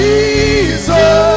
Jesus